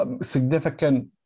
significant